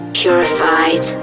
purified